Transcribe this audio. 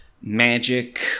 magic